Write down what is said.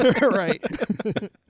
Right